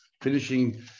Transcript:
finishing